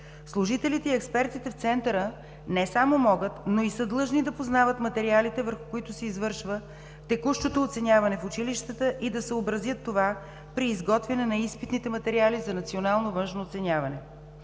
служителите и експертите в Центъра не само могат, но и са длъжни да познават материалите, върху които се извършва текущото оценяване в училищата, и да съобразят това при изготвяне на изпитните материали за Националното външно оценяване.